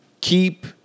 Keep